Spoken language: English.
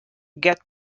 get